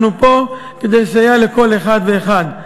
אנחנו פה כדי לסייע לכל אחד ואחד.